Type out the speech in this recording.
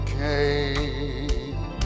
came